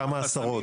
כמה עשרות.